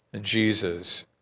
Jesus